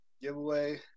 giveaway